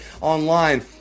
online